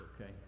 okay